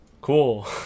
cool